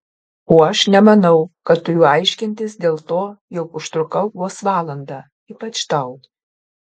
o aš nemanau kad turiu aiškintis dėl to jog užtrukau vos valandą ypač tau